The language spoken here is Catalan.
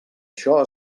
això